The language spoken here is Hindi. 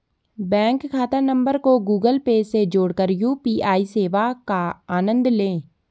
बैंक खाता नंबर को गूगल पे से जोड़कर यू.पी.आई सेवा का आनंद लें